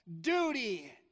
duty